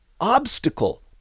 obstacle